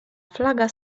flaga